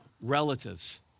relatives